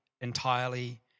entirely